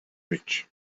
rich